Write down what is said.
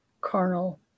carnal